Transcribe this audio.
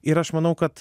ir aš manau kad